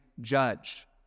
judge